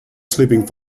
sleeping